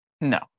No